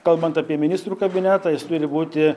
kalbant apie ministrų kabinetą jis turi būti